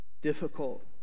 difficult